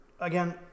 again